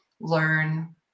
learn